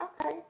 okay